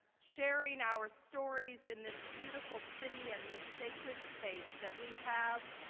sharing our stories in this beautiful city and this sacred space that we have,